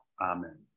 Amen